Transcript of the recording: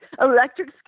electric